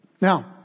now